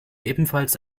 ebenfalls